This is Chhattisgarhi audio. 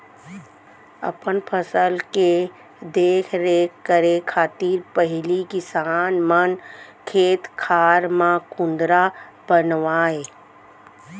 अपन फसल के देख रेख करे खातिर पहिली किसान मन खेत खार म कुंदरा बनावय